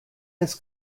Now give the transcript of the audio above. his